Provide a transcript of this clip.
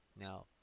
Now